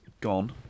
gone